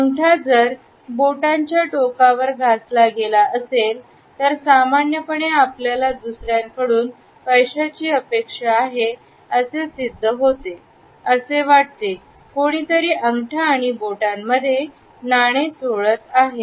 अंगठा जर बोटांच्या टोकावर घासला गेला तर सामान्यपणे आपल्याला दुसर्यांकडून पैशाची अपेक्षा आहे असे सिद्ध होते असे वाटते कोणीतरी अंगठाआणि बोटांमध्ये नाणे चोळत आहे